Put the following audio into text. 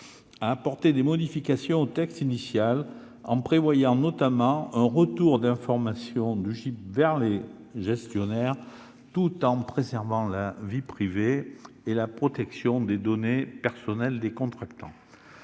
a apporté des modifications au texte initial, en prévoyant notamment un retour d'informations du GIP vers les gestionnaires, tout en préservant la vie privée et la protection des données personnelles des contractants.